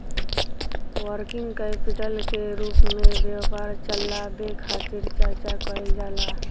working capital के रूप में व्यापार चलावे खातिर चर्चा कईल जाला